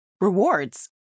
Rewards